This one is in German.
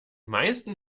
meisten